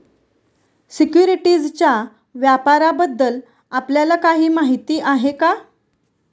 सिक्युरिटीजच्या व्यापाराबद्दल आपल्याला काही माहिती आहे का?